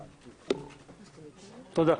תודה.